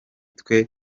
twe